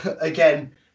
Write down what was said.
again